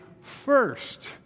first